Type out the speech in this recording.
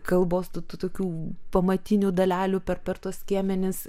kalbos tų tų tokių pamatinių dalelių per per tuos skiemenis